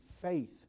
faith